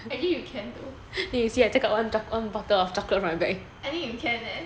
actually you can though I think you can eh